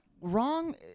wrong